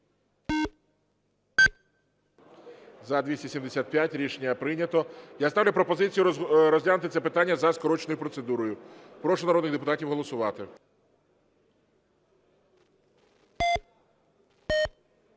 За-275 Рішення прийнято. Я ставлю пропозицію розглянути це питання за скороченою процедурою. Прошу народних депутатів голосувати.